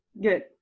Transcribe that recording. Good